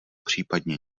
případně